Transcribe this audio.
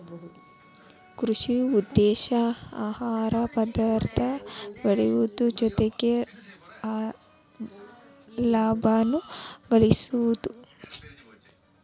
ಕೃಷಿ ಉದ್ದೇಶಾ ಆಹಾರ ಪದಾರ್ಥ ಬೆಳಿಯುದು ಜೊತಿಗೆ ಲಾಭಾನು ಗಳಸುದು